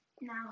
now